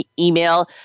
email